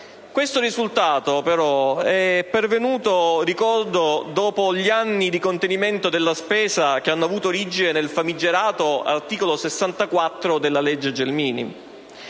Questo risultato però è pervenuto - lo ricordo - dopo gli anni di contenimento della spesa, che hanno avuto origine nel famigerato articolo 64 della legge Gelmini.